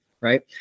right